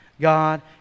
God